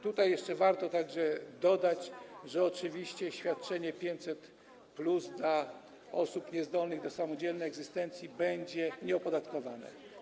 Tutaj jeszcze warto dodać, że oczywiście świadczenie 500+ dla osób niezdolnych do samodzielnej egzystencji będzie nieopodatkowane.